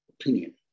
opinion